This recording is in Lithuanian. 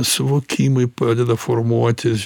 suvokimai pradeda formuotis